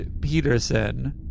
Peterson